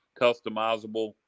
customizable